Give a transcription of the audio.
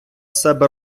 себе